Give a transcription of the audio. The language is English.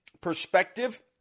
perspective